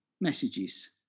messages